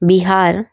Bihar